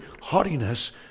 haughtiness